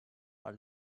are